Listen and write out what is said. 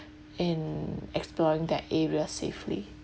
in exploring that area safely